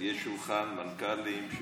יש שולחן מנכ"לים.